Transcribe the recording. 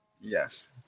Yes